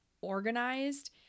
organized